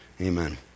Amen